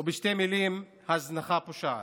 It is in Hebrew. ובשתי מילים: הזנחה פושעת.